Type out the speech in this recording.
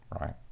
right